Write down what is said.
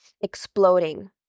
exploding